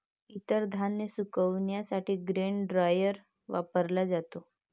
इतर धान्य सुकविण्यासाठी ग्रेन ड्रायर वापरला जातो